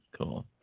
cool